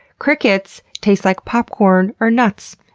crickets taste like popcorn or nuts.